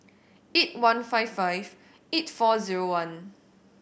eight one five five eight four zero one